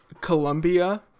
Colombia